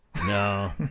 No